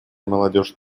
молодежь